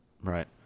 Right